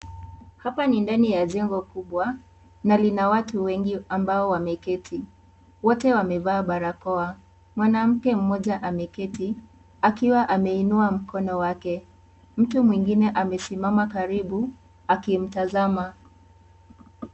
Hapa ni ndani ya jengo kubwa na lina watu wengi ambao wameketi, wote wamevaa barakoa. Mwanamke mmoja ambaye ameketi akiwa ameinua mkono wake. Mtu mwingine amesimama karibu akimtazama.